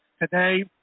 Today